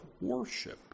worship